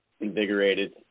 invigorated